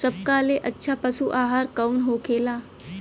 सबका ले अच्छा पशु आहार कवन होखेला?